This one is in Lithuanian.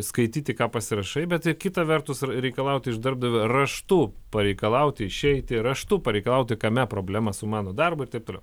skaityti ką pasirašai bet ir kita vertus reikalauti iš darbdavio raštu pareikalauti išeiti raštu pareikalauti kame problema su mano darbu ir taip toliau